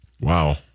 Wow